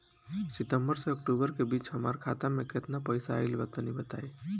सितंबर से अक्टूबर के बीच हमार खाता मे केतना पईसा आइल बा तनि बताईं?